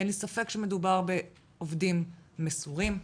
אין לי ספק שמדובר בעובדים מסורים,